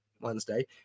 Wednesday